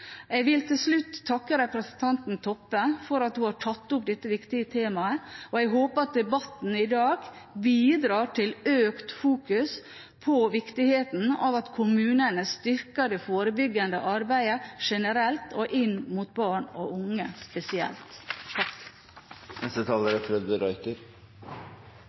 Jeg vil til slutt takke representanten Toppe for at hun har tatt opp dette viktige temaet, og jeg håper at debatten i dag bidrar til økt fokusering på viktigheten av at kommunene styrker det forebyggende arbeidet generelt, og inn mot barn og unge spesielt. Dette er kanskje et av de